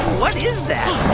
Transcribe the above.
what is that?